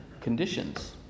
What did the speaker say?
conditions